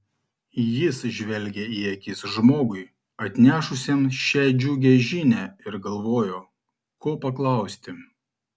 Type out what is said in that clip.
jis žvelgė į akis žmogui atnešusiam šią džiugią žinią ir galvojo ko paklausti